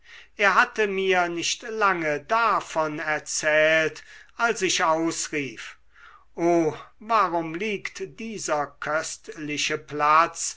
er hatte mir nicht lange davon erzählt als ich ausrief o warum liegt dieser köstliche platz